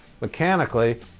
Mechanically